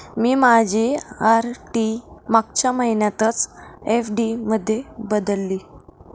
मी माझी आर.डी मागच्या महिन्यातच एफ.डी मध्ये बदलली